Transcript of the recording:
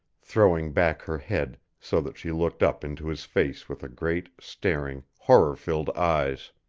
throwing back her head so that she looked up into his face with great, staring, horror-filled eyes.